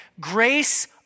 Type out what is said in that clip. Grace